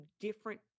different